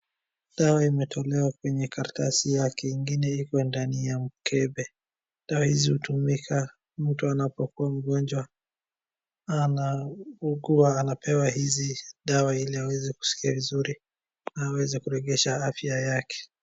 Dawa imetolewa kwenye karatasi yake ingine iko ndani ya mkembe. Dawa hizi hutumika mtu anapokuwa mgonjwa, anaugua anapewa hizi dawa ili aweze kuskia vizuri aweze kuregesha afya yake.